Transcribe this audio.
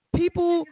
people